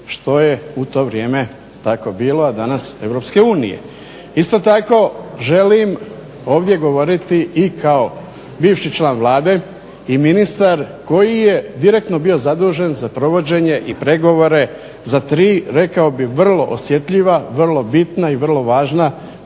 što je u to vrijeme tako bilo, danas Europske unije. Isto tako želim ovdje govoriti kao bivši član Vlade, i ministar koji je direktno bio zadužen za provođenje i pregovore za tri vrlo osjetljiva, vrlo bitna i vrlo važna